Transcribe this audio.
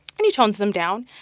and he tones them down.